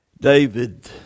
David